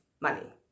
money